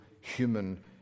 human